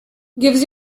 gives